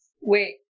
Wait